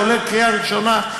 זה עולה לקריאה ראשונה,